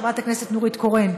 חברת הכנסת נורית קורן.